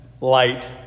light